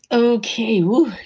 okay. woo.